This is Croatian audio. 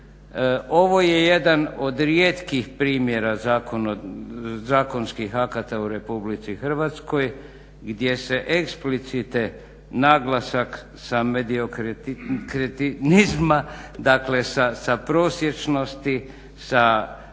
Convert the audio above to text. Ovo je jedan od rijetkih primjera zakonskih akata u RH gdje se eksplicite naglasak sa …/Govornik se ne razumije./… dakle sa prosječnosti, sa